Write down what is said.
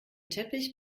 teppich